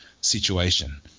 situation